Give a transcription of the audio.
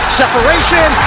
separation